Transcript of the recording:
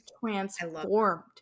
transformed